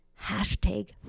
hashtag